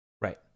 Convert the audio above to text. right